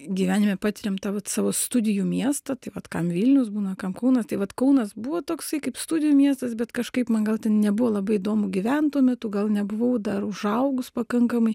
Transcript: gyvenime patiriam tą vat savo studijų miestą tai vat kam vilnius būna kam kaunas tai vat kaunas buvo toksai kaip studijų miestas bet kažkaip man gal ten nebuvo labai įdomu gyvent tuo metu gal nebuvau dar užaugus pakankamai